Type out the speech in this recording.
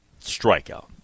strikeout